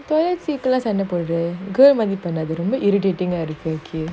toilet seats சண்டைபோடற:sanda podra madhiri pannatha girl மாதிரிபண்ணாத:madhiri pannatha don't be irritating lah this [one] okay